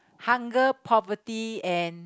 hunger property and